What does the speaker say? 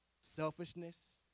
selfishness